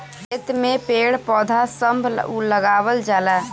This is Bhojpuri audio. खेत में पेड़ पौधा सभ लगावल जाला